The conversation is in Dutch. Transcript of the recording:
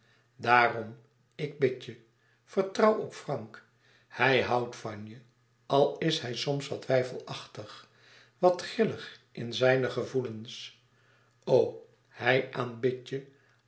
daarom ik bid je vertrouw op frank hij houdt van je al is hij soms wat weifelachtig wat grillig in zijne gevoelens o hij aanbidt je